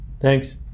Thanks